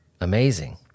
Amazing